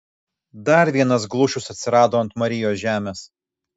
dar vienas glušius atsirado ant marijos žemės